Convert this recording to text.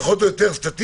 פחות או יותר סטטיסטיקה,